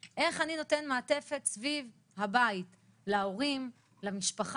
זה לא מתאים אלינו כי לילד או לילדה יש את זה ואת זה'